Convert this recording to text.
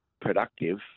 productive